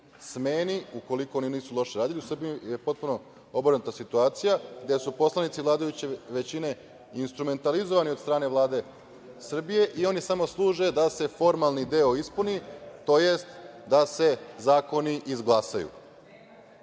smeni ukoliko oni nisu loše radili, u Srbiji je potpuno obrnuta situacija, gde su poslanici vladajuće većine instrumentalizovani od strane Vlade Srbije i oni samo služe da se formalni deo ispuni, tj. da se zakoni izglasaju. Podsetiću